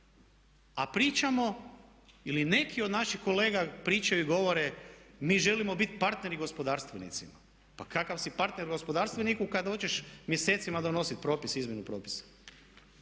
a pričamo ili neki od naših kolega pričaju i govore mi želimo biti partneri gospodarstvenicima. Pa kakav si partner gospodarstveniku kad hoćeš mjesecima donosit propise, izmjenu propisa.